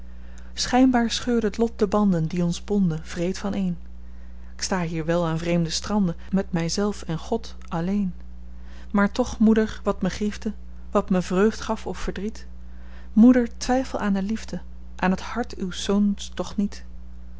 schynbaar scheurde t lot de banden die ons bonden wreed van een k sta hier wel aan vreemde stranden met myzelf en god alleen maar toch moeder wat me griefde wat me vreugd gaf of verdriet moeder twyfel aan de liefde aan het hart uws zoons toch niet